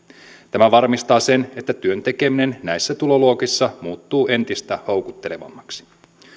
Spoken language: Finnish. tämä varmistaa sen että työn tekeminen näissä tuloluokissa muuttuu entistä houkuttelevammaksi